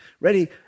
Ready